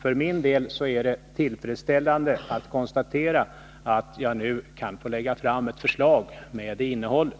För min del är det tillfredsställande att konstatera att jag nu kan få lägga fram ett förslag med detta innehåll.